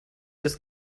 ist